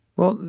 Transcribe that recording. well,